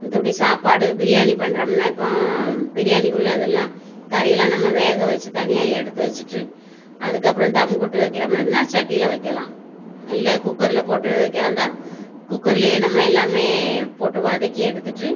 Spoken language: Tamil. மற்றபடி சாப்பாடு பிரியாணி பண்ணுறோம்னா இப்போது பிரியாணிக்குள்ளதெலாம் கறியெலாம் நம்ப வேக வச்சு தனியாக எடுத்து வச்சுட்டு அதுக்கப்புறம் தம் கட்டு வைக்கிற மாதிரின்னா சட்டியில் வைக்கலாம் இல்லை குக்கரில் போட்டு வைக்கிறதாயிருந்தா குக்கர்லையே நம்ம எல்லாமே போட்டு வதக்கி எடுத்துகிட்டு